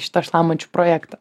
šitą šlamančių projektą